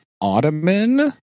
ottoman